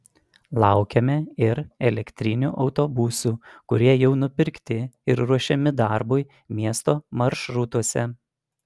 laukiame ir elektrinių autobusų kurie jau nupirkti ir ruošiami darbui miesto maršrutuose